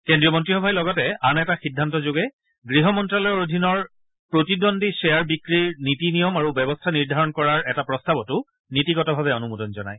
কেন্দ্ৰীয় মন্ত্ৰীসভাই লগতে আন এটা সিদ্ধান্তযোগে গৃহ মন্ত্যালয়ৰ অধীনৰ প্ৰতিদ্বন্দী ধেয়াৰ বিক্ৰীৰ নীতি নিয়ম আৰু ব্যৱস্থা নিৰ্ধাৰণ কৰাৰ এটা প্ৰস্তাৰতো নীতিগতভাৱে অনুমোদন জনায়